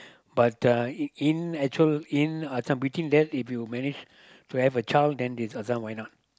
but uh in actual in uh so between that if you manage to have a child then might as well why not